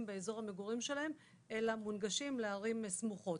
באזור המגורים שלהם אלא מונגשים לערים סמוכות.